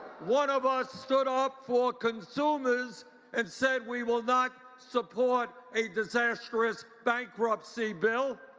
one of us stood up for consumers and said we will not support a disastrous bankruptcy bill.